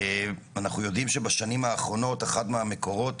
אנחנו יודעים שבשנים האחרונות אחד מהמקורות